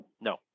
No